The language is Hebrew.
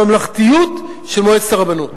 הממלכתיות של מועצת הרבנות,